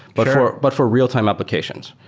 but for but for real-time applications.